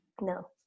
No